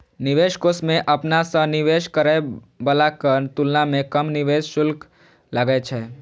निवेश कोष मे अपना सं निवेश करै बलाक तुलना मे कम निवेश शुल्क लागै छै